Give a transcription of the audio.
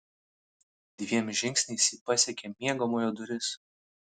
dviem žingsniais ji pasiekė miegamojo duris